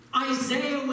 Isaiah